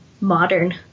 modern